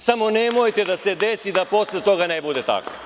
Samo nemojte da se desi da posle toga ne bude tako.